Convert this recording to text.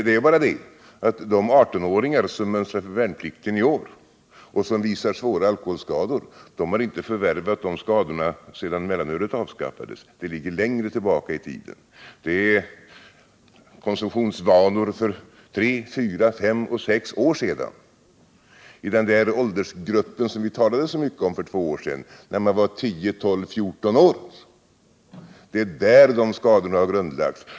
Det är bara det att de 18 åringar som mönstrar för värnplikten i år och som visar svåra alkoholskador inte har förvärvat de skadorna sedan mellanölet avskaffades, utan grunden till dessa ligger längre tillbaka i tiden. Det gäller konsumtionsvanor för tre, fyra, fem eller sex år sedan. Den åldersgrupp som vi talade så mycket om för två år sedan var 10-14-åringarna. Det är där skadorna har grundlagts.